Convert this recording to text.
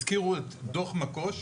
הזכירו את דוח מקו"ש